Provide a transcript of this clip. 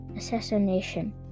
assassination